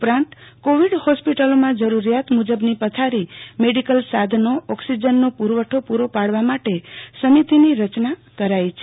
ઉપરાંત કોવિડ હોસ્પિટલોમાં જરૂરીયાત મુજબની પથારી મેડીકલ સાધનો ઓકિસજનનો પરવઠો પુરો પાડવા માટે સમિતિની રચના કરી છે